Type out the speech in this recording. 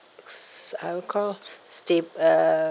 I will call st~ uh